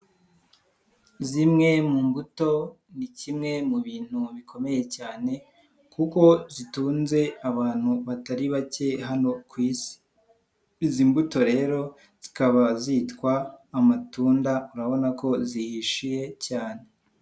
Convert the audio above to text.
Zimwe mu mbuto ni kimwe mu bintu bikomeye cyane kuko zitunze abantu batari bake hano ku Isi, izi mbuto rero zikaba zitwa amatunda urabona ko zihishiye cyane.